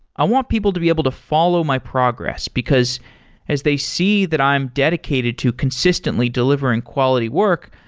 i want people to be able to follow my progress, because as they see that i'm dedicated to consistently delivering quality work,